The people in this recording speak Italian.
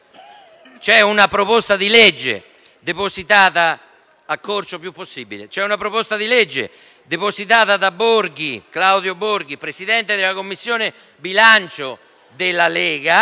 C'è una proposta di legge depositata da Claudio Borghi della Lega, Presidente della Commissione bilancio della Camera,